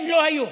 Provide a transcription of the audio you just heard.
הם לא היו,